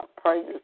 Praise